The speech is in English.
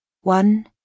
One